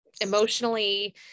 emotionally